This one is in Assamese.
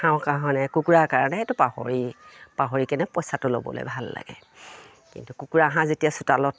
হাঁহৰ কাৰণে কুকুৰাৰ কাৰণে এইটো পাহৰি পাহৰিকেনে পইচাটো ল'বলৈ ভাল লাগে কিন্তু কুকুৰা হাঁহ যেতিয়া চোতালত